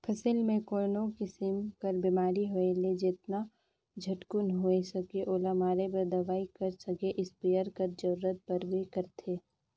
फसिल मे कोनो किसिम कर बेमारी होए ले जेतना झटकुन होए सके ओला मारे बर दवई कर संघे इस्पेयर कर जरूरत परबे करथे